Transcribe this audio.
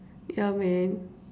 ya man